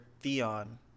Theon